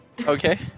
okay